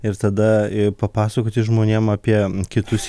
ir tada papasakoti žmonėm apie kitus